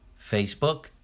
Facebook